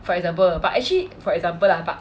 for example but actually for example lah but